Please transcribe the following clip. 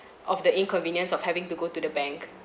of the inconvenience of having to go to the bank